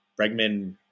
Bregman